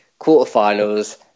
quarterfinals